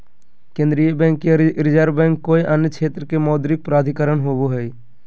केन्द्रीय बैंक या reserve bank कोय अन्य क्षेत्र के मौद्रिक प्राधिकरण होवो हइ